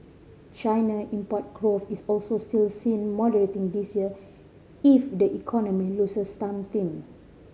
China import growth is also still seen moderating this year if the economy loses some steam